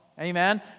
Amen